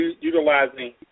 utilizing